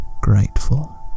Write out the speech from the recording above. grateful